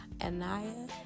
Anaya